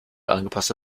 angepasste